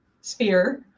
sphere